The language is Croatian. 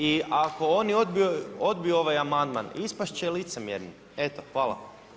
I ako oni odbiju amandman, ispast će licemjerni, eto, hvala.